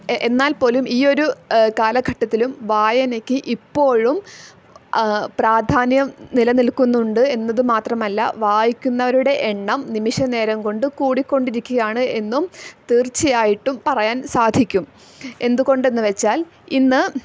എന്നാൽ പോലും ഈ ഒരു കാലഘട്ടത്തിലും വായനയ്ക്ക് ഇപ്പോഴും പ്രാധാന്യം നില നിൽക്കുന്നുണ്ട് എന്നത് മാത്രമല്ല വായിക്കുന്നവരുടെ എണ്ണം നിമിഷനേരം കൊണ്ട് കൂടിക്കൊണ്ടിരിക്കുകയാണ് എന്നും തീർച്ചയായിട്ടും പറയാൻ സാധിക്കും എന്ത് കൊണ്ടെന്ന് വച്ചാൽ ഇന്ന്